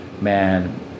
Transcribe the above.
man